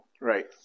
Right